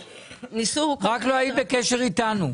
רק לא היית בקשר איתנו.